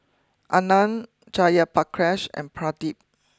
Anand Jayaprakash and Pradip